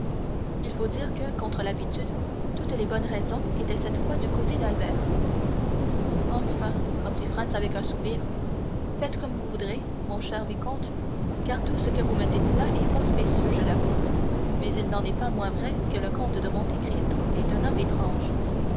il faut dire que contre l'habitude toutes les bonnes raisons étaient cette fois du côté d'albert enfin reprit franz avec un soupir faites comme vous voudrez mon cher vicomte car tout ce que vous me dites là est fort spécieux je l'avoue mais il n'en est pas moins vrai que le comte de monte cristo est un homme étrange